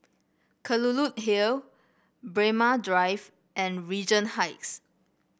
Kelulut Hill Braemar Drive and Regent Heights